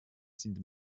sind